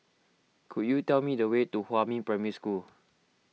could you tell me the way to Huamin Primary School